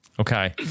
Okay